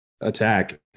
attack